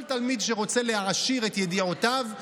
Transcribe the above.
כל תלמיד שרוצה להעשיר את ידיעותיו,